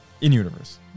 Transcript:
in-universe